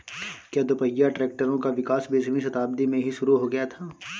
क्या दोपहिया ट्रैक्टरों का विकास बीसवीं शताब्दी में ही शुरु हो गया था?